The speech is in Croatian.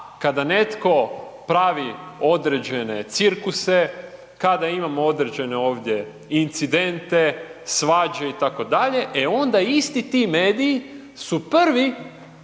kada netko pravi određene cirkuse, kada imamo određene ovdje incidente, svađe itd., e onda isti ti mediji su prvi